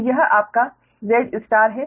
तो यह आपका Z है